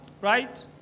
right